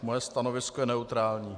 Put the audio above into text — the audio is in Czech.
Moje stanovisko je neutrální.